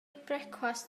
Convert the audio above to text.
brecwast